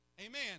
Amen